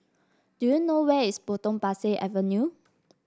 do you know where is Potong Pasir Avenue